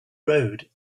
road